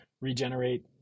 regenerate